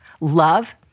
love